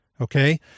okay